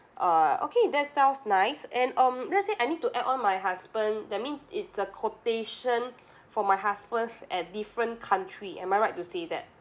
err okay that sounds nice and um let's say I need to add on my husband that mean it's a quotation for my husband at different country am I right to say that